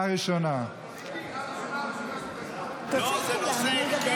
אתם לא תטיפו לנו על ריבונות.